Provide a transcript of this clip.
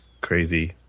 crazy